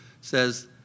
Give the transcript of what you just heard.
says